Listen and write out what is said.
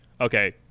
okay